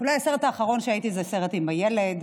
אולי הסרט האחרון שהייתי זה סרט עם הילד,